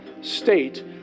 state